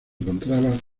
encontraba